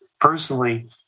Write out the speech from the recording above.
personally